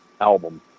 album